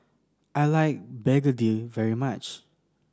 I like Begedil very much